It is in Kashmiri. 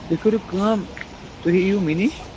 تُہۍ کٔرِو کٲم تُہۍ یِیِو مےٚ نِش